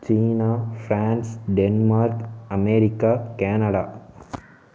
China France Denmark America Canada